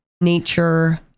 nature